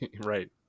Right